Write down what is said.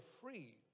free